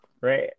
right